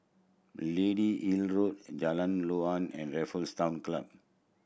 Lady Hill Road Jalan Joran and Raffles Town Club